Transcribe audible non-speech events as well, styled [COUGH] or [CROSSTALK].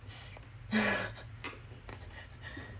[LAUGHS]